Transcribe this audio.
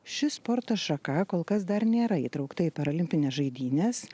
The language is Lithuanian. ši sporto šaka kol kas dar nėra įtraukta į paralimpines žaidynes